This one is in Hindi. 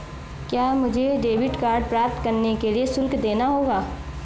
क्या मुझे डेबिट कार्ड प्राप्त करने के लिए शुल्क देना होगा?